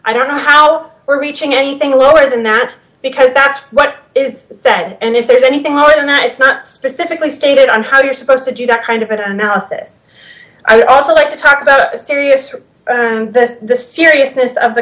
i don't know how we're reaching anything lower than that because that's what is said and if there's anything going on it's not specifically stated on how you're supposed to do that kind of analysis i also like to talk about serious the seriousness of the